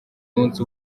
munsi